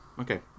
okay